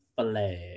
flag